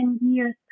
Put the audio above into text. years